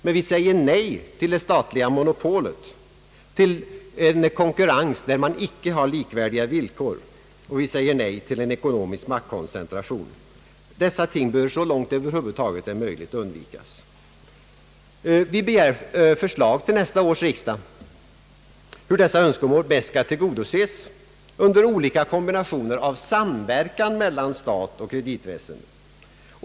Men vi säger nej till ett statligt monopol, som innebär en konkurrens där man inte har likvärdiga villkor, och vi säger nej till en ekonomisk maktkoncentration. Dessa ting bör så långt det över huvud taget är möjligt undvikas. Vi begär förslag till nästa års riksdag om hur dessa önskemål bäst skall tillgodoses under olika kombinationer av samverkan mellan stat och kreditväsen.